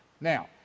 Now